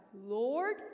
Lord